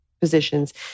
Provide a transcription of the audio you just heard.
positions